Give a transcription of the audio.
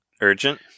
Urgent